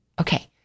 Okay